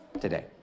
today